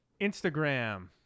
Instagram